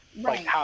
Right